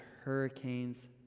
hurricanes